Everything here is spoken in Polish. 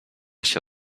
się